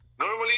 normally